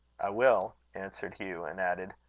i will, answered hugh, and added,